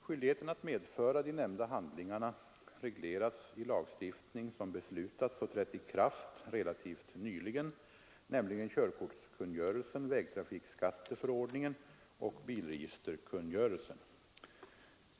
Skyldigheten att medföra de nämnda handlingarna regleras i lagstiftning som beslutats och trätt i kraft relativt nyligen, nämligen körkortskungörelsen, vägtrafikskatteförordningen och bilregisterkungörelsen.